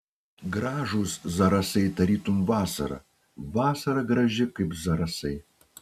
gražūs zarasai tarytum vasara vasara graži kaip zarasai